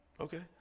Okay